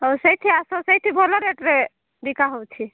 ହଉ ସେଇଠି ଆସ ସେଇଠି ଭଲ ରେଟ୍ରେ ବିକା ହେଉଛି